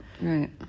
Right